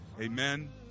amen